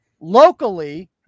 Locally